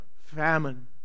famine